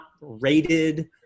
rated